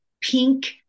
pink